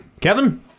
kevin